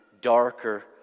darker